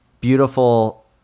beautiful